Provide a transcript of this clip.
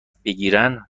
بگیرن